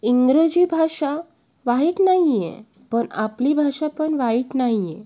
इंग्रजी भाषा वाईट नाही आहे पण आपली भाषा पण वाईट नाही आहे